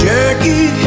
Jackie